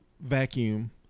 vacuum